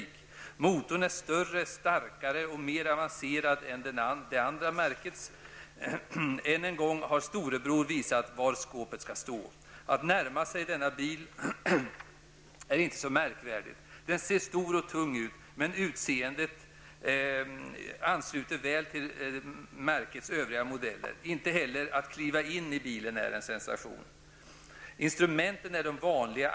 Det heter vidare i artikeln att motorn är större, starkare och mer avancerad än det andra märkets motor och att storebror än en gång har visat var skåpet skall stå. Att närma sig bilen är inte så märkvärdigt, skriver man. Den ser stor och tung ut, men utseendet ansluter väl till märkets övriga modeller. Inte heller att kliva in i bilen är någon sensation. Vidare skriver man: ''Instrumenten är de vanliga.